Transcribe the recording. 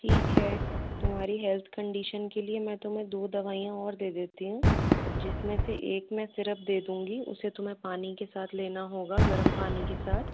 ठीक है तुम्हारी हेल्थ कंडीशन के लिए मैं तुम्हें दो दवाईयाँ और दे देती हूँ जिसमें से एक मैं सिरप दे दूँगी उसे तुम्हें पानी के साथ लेना होगा गर्म पानी के साथ